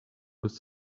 with